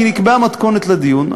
כי נקבעה מתכונת לדיון.